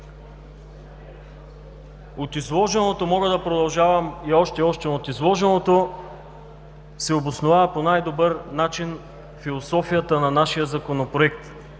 престъпления. Мога да продължавам още и още. От изложеното се основава по най-добър начин философията на нашия Законопроект,